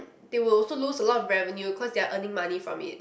they will also lose a lot of avenue cause they are earning money from it